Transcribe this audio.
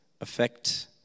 affect